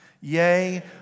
Yea